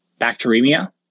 bacteremia